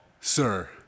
Sir